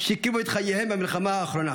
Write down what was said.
שהקריבו את חייהם במלחמה האחרונה.